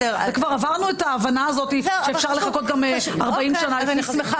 כבר עברנו את ההבנה הזאת שאפשר לחכות גם 40 שנה לפני חקיקה,